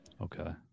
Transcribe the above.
Okay